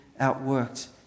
outworked